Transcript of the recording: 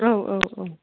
औ औ औ